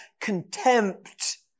contempt